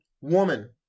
woman